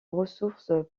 ressources